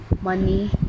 money